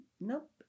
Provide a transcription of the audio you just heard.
nope